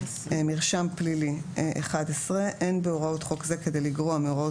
מרשם פלילי 11. (א) אין בהוראות חוק זה כדי לגרוע מהוראות